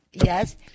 Yes